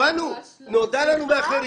ממש לא נכון.